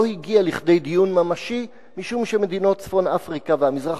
לא הגיעה לכדי דיון ממשי משום שמדינות צפון-אפריקה והמזרח